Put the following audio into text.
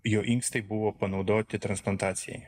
jo inkstai buvo panaudoti transplantacijai